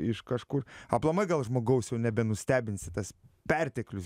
iš kažkur aplamai gal žmogaus jau nebenustebinsi tas perteklius